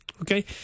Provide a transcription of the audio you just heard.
Okay